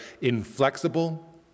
inflexible